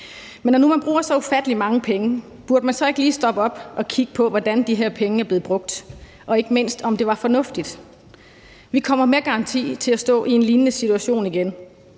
når nu man bruger så ufattelig mange penge, burde man så ikke lige stoppe op og kigge på, hvordan de her penge er blevet brugt, og ikke mindst, om det var fornuftigt? Vi kommer med garanti til at stå i en lignende situation igen.